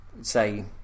say